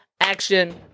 action